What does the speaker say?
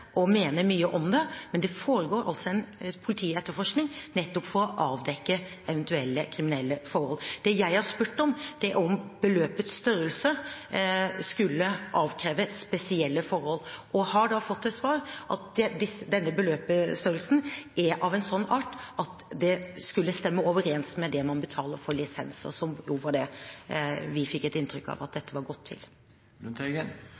og mene mye om det, men det foregår altså en politietterforskning nettopp for å avdekke eventuelle kriminelle forhold. Det jeg har spurt om, er om beløpets størrelse skulle avkrevet spesielle forhold, og har da fått til svar at denne beløpsstørrelsen er av en sånn art at det skulle stemme overens med det man betaler for lisens, og det var også det vi fikk inntrykk av at dette var